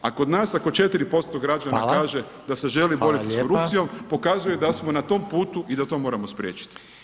A kod nas ako 4% građana kaže [[Upadica Reiner: Hvala, hvala lijepa.]] da se želi boriti sa korupcijom, pokazuje da smo na tom putu i da to moramo spriječiti.